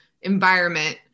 environment